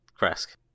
Kresk